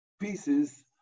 pieces